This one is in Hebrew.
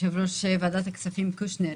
יושב-ראש ועדת הכספים קושניר.